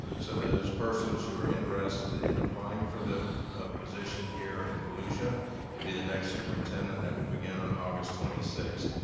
so those persons who are interested in applying for the position here in volusia to be the next superintendent, that will begin on august twenty six.